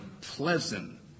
pleasant